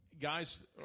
Guys